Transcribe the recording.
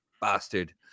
bastard